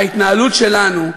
ההתנהלות שלנו,